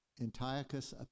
Antiochus